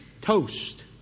Toast